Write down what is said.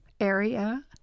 area